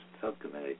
subcommittee